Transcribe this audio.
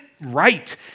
right